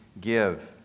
give